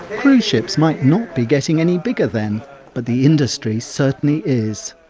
cruise ships might not be getting any bigger then but the industry certainly is.